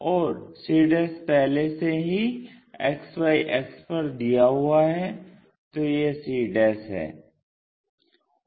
और c पहले से ही XY अक्ष पर दिया हुआ है तो यह c है